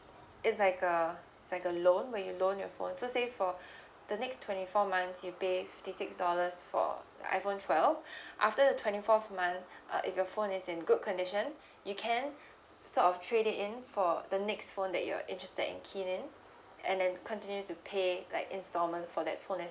it's like a it's like a loan when you loan your phone so say for the next twenty four months you pay fifty six dollars for an iphone twelve after the twenty fourth month uh if your phone is in good condition you can sort of trade it in for the next phone that you're interested in keen in and then continue to pay like instalment for that phone as